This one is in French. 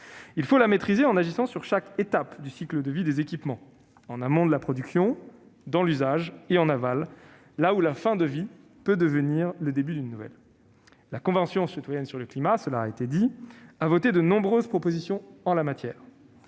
cette empreinte en agissant sur chaque étape du cycle de vie des équipements, en amont de la production, au niveau de l'usage et en aval, là où la fin d'une vie peut devenir le début d'une nouvelle. La Convention citoyenne pour le climat- cela a été dit -a voté de nombreuses propositions en la matière.